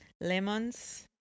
lemons